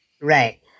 Right